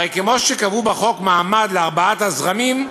הרי כמו שקבעו בחוק מעמד לארבעת הזרמים,